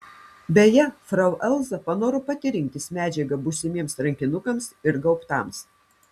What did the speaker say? beje frau elza panoro pati rinktis medžiagą būsimiems rankinukams ir gaubtams